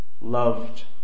loved